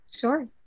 Sure